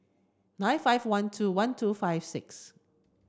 nine five one two one two five six